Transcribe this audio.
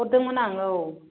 होदोंमोन आं औ